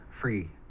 free